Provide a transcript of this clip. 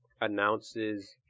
announces